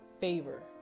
favor